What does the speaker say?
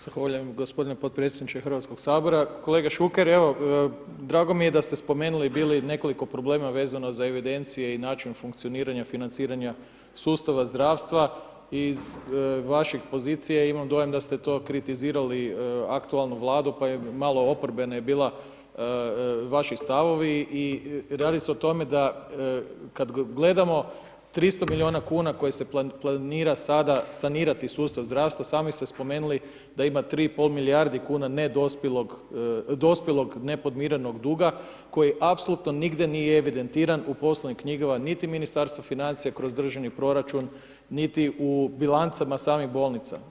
Zahvaljujem gospodine podpredsjedniče Hrvatskog sabora, kolega Šuker, evo drago mi je da ste spomenuli bili nekoliko problema vezano za evidencije i način funkcioniranja financiranja sustava zdravstva iz vaše pozicije, imam dojam da ste to kritizirali aktualnu Vladu pa je malo oporbena bila vaši stavovi i radi se o tome, kad gledamo 300 milijuna kuna koje se planira sada sanirati sustav zdravstva, sami ste spomenuli da ima 3,5 milijarde kuna ne dospjelog, dospjelog nepodmirenog duga koji apsolutno nigdje nije evidentiran u poslovnim knjigama niti Ministarstva financija kroz Državni proračun, niti u bilancama samih bolnica.